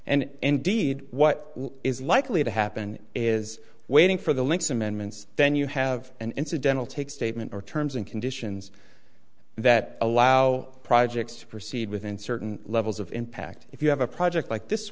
and indeed what is likely to happen is waiting for the links amendments then you have an incidental take statement or terms and conditions that allow projects to proceed within certain levels of impact if you have a project like this